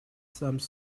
some